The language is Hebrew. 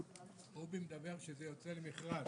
עובי מדבר כשזה יוצא למכרז.